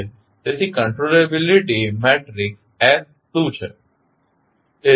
તેથી controllability matrix S શું છે